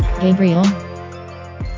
Gabriel